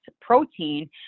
protein